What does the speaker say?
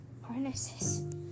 harnesses